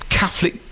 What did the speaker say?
Catholic